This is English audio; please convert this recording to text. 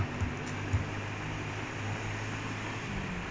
like a